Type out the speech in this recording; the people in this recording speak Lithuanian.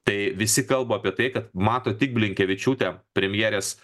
tai visi kalba apie tai kad mato tik blinkevičiūtę premjerės